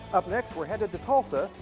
up next, we're headed to tulsa.